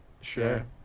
sure